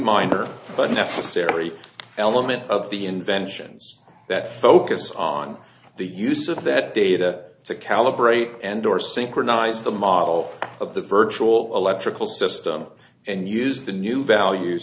minor but necessary element of the inventions that focus on the use of that data to calibrate and or synchronize the model of the virtual electrical system and use the new values